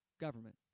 government